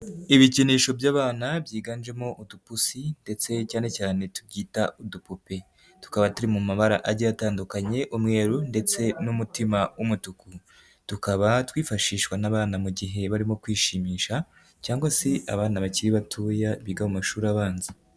Ibikinisho by'abana byiganjemo udupusi ndetse cyane cyane tubyita udupupe, tukaba turi mu mabara agiye atandukanye umweru ndetse n'umutima w'umutuku, tukaba twifashishwa n'abana mu gihe barimo kwishimisha cyangwa se abana bakiri batoya biga mu mashuri abanza.